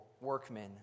workmen